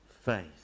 faith